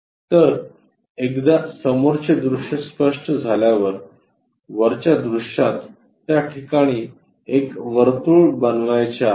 तर एकदा समोरचे दृश्य स्पष्ट झाल्यावर वरच्या दृश्यात त्या ठिकाणी एक वर्तुळ बनवायचे आहे